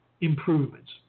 improvements